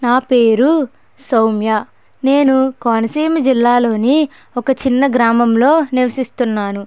నా పేరు సౌమ్య నేను కోనసీమ జిల్లాలోని ఒక చిన్న గ్రామంలో నివసిస్తున్నాను